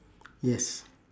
yes